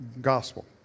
gospel